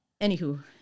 Anywho